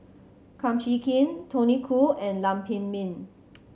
Kum Chee Kin Tony Khoo and Lam Pin Min